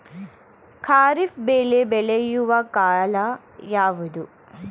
ಖಾರಿಫ್ ಬೆಳೆ ಬೆಳೆಯುವ ಕಾಲ ಯಾವುದು?